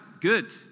good